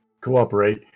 cooperate